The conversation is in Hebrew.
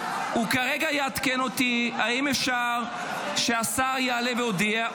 הוא עוד רגע יעדכן אותי האם אפשר שהשר יעלה ויודיע,